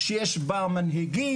שיש בה מנהיגים,